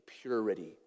purity